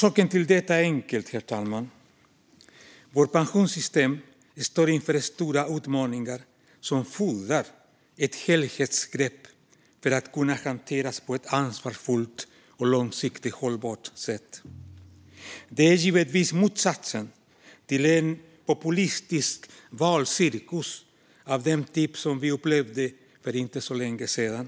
Skälet till detta är enkelt, herr talman. Vårt pensionssystem står inför stora utmaningar som fordrar ett helhetsgrepp för att kunna hanteras på ett ansvarsfullt och långsiktigt hållbart sätt. Det är givetvis motsatsen till en populistisk valcirkus av den typ som vi upplevde för inte så länge sedan.